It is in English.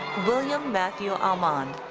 william matthew almand.